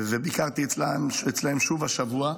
ביקרתי אצלם שוב השבוע,